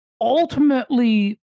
ultimately